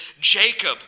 Jacob